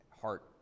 Heart